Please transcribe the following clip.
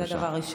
זה דבר ראשון.